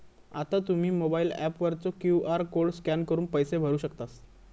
आता तुम्ही mobile app वरचो क्यू.आर कोड स्कॅन करून पैसे भरू शकतास